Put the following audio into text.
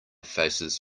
faces